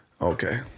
okay